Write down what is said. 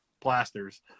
plasters